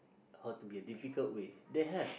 how to be a difficult way they have